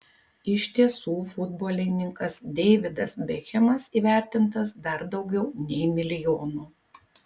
iš tiesų futbolininkas deividas bekhemas įvertintas dar daugiau nei milijonu